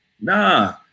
nah